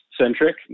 centric